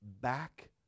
back